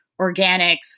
organics